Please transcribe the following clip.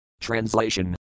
Translation